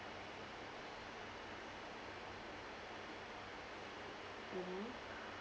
mmhmm